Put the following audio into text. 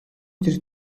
тэр